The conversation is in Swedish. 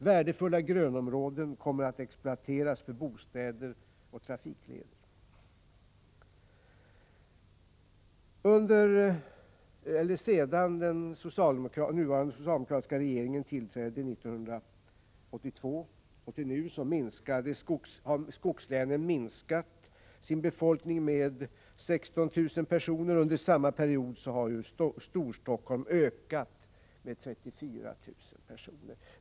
Värdefulla grönområden kommer att exploateras för bostäder och trafikleder. Sedan den socialdemokratiska regeringen tillträdde 1982 har skogslänen minskat sin befolkning med 16 000 personer. Under samma period har Storstockholm ökat med 34 000 personer.